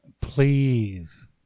Please